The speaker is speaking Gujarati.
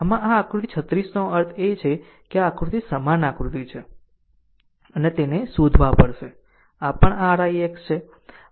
આમ આકૃતિ 36 નો અર્થ છે તે આ આકૃતિ સમાન આકૃતિ છે અને તેને શોધવા પડશે અને આ પણ r ix છે